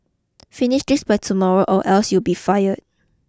finish this by tomorrow or else you'll be fired